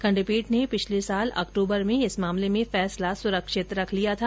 खंडपीठ ने पिछले साल अक्टूबर में इस मामले में फैसला सुरक्षित रख लिया था